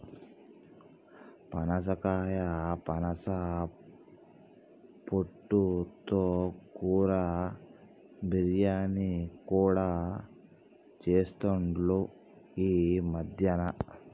పనసకాయ పనస పొట్టు తో కూర, బిర్యానీ కూడా చెస్తాండ్లు ఈ మద్యన